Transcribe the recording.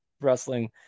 wrestling